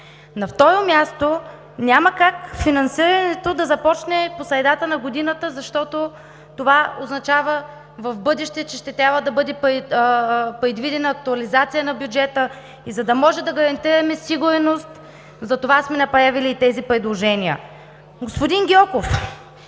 На второ място, няма как финансирането да започне по средата на годината, защото това означава в бъдеще, че ще трябва да бъде предвидена актуализация на бюджета. За да може да гарантираме сигурност, затова сме направили и тези предложения. Господин Гьоков,